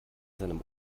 seinem